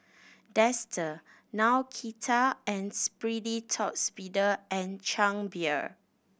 Dester Nautica and Sperry Top Sider and Chang Beer